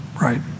right